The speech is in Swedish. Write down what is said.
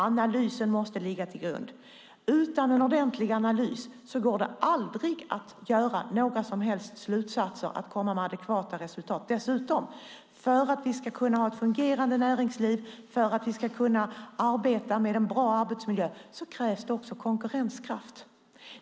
Analysen måste ligga till grund. Utan en ordentlig analys går det aldrig att dra några som helst slutsatser eller komma med adekvata resultat. För att vi ska kunna ha ett fungerande näringsliv och en bra arbetsmiljö krävs konkurrenskraft.